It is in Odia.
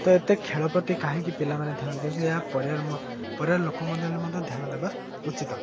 ତ ଏତେ ଖେଳ ପ୍ରତି କାହିଁକି ପିଲାମାନେ ଧ୍ୟାନ ଦେଉଛନ୍ତି ଏହା ପରିବାର ଲୋକ ମଧ୍ୟରେ ମଧ୍ୟ ଧ୍ୟାନ ଦେବା ଉଚିତ୍